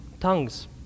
tongues